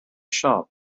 shop